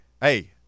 Hey